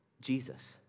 Jesus